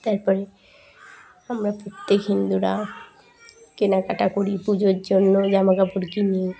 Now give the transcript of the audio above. তারপরে আমরা প্রত্যেক হিন্দুরা কেনাকাটা করি পুজোর জন্য জামা কাপড় কিনি